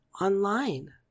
online